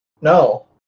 No